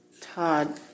Todd